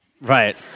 Right